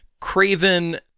Craven